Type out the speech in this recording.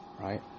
right